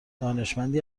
دانشمندی